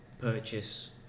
purchase